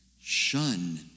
Shun